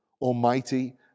almighty